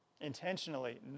intentionally